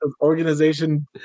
organization